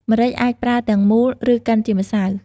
ម្រេចអាចប្រើទាំងមូល ឬកិនជាម្សៅ។